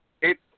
it